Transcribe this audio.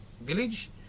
village